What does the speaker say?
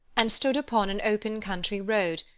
and stood upon an open country road,